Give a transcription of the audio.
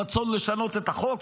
רצון לשנות את החוק.